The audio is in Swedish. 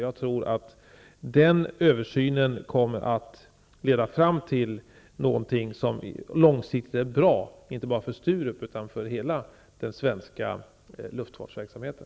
Jag tror att den översynen kommer att leda fram till någonting som långsiktigt är bra, inte bara för Sturup utan för hela den svenska luftfartsverksamheten.